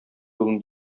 юлын